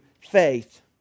faith